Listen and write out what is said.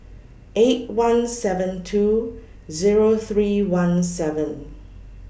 eight one seven two Zero three one seven